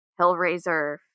Hellraiser